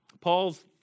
Paul's